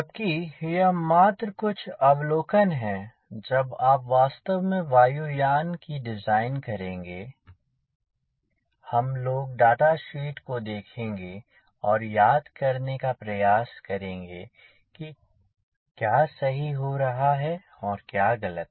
जबकि में यह मात्र कुछ अवलोकन है जब आप वास्तव में वायुयान की डिज़ाइनिंग करेंगे हम लोग डाटा शीट को देखेंगे और याद करने का प्रयास करेंगे कि क्या सही हो रहा है और क्या गलत